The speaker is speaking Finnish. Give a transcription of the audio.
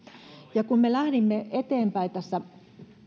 kun me lähdimme eteenpäin tässä